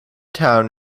town